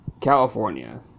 California